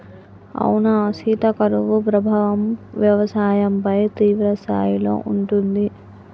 అవునా సీత కరువు ప్రభావం వ్యవసాయంపై తీవ్రస్థాయిలో ఉంటుంది